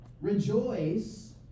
Rejoice